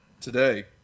today